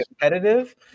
competitive